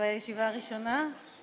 זו הישיבה הראשונה,